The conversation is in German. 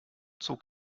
zog